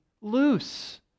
Loose